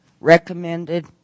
Recommended